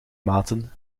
maten